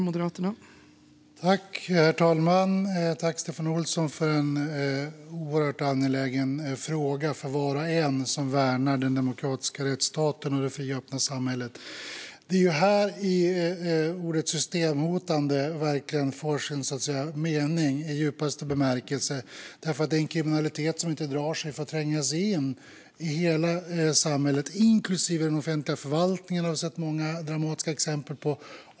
Herr talman! Jag tackar Stefan Olsson för en oerhört angelägen fråga för var och en som värnar den demokratiska rättsstaten och det fria och öppna samhället. Det är här ordet systemhotande verkligen får sin mening i djupaste bemärkelse, därför att det är fråga om kriminalitet som inte drar sig för att tränga sig in i hela samhället, inklusive den offentliga förvaltningen. Det har vi sett många dramatiska exempel på.